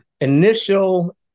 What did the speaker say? initial